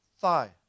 thigh